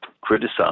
criticize